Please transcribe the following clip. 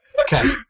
Okay